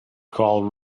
call